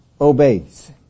obeys